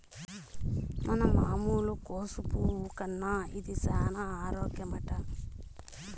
మన మామూలు కోసు పువ్వు కన్నా ఇది సేన ఆరోగ్యమట